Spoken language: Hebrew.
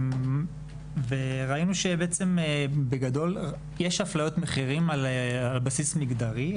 וראינו שיש אפליות מחירים על בסיס מגדרי.